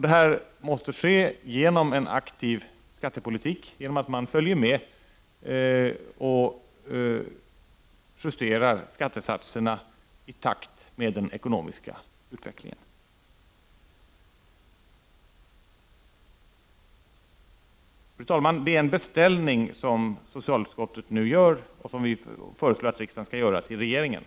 Det här måste ske genom en aktiv skattepolitik, genom att skattesatserna justeras i takt med den ekonomiska utvecklingen. Fru talman! Socialutskottet föreslår nu att riksdagen gör en beställning till regeringen.